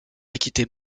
acquitter